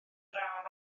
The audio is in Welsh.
draw